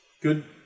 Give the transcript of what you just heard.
Good